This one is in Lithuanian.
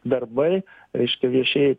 darbai reiškia viešieji